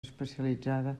especialitzada